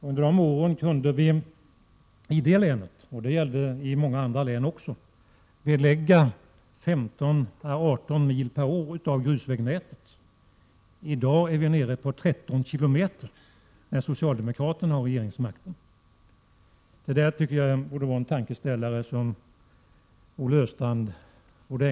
Under de åren kunde vi i Kalmar län — och det gällde i många andra län också — belägga per år 15—18 mil av grusvägnätet. I dag, då socialdemokraterna har makten, rör det sig om endast 13 km. Jag tycker att detta borde vara en tankeställare för Olle Östrand.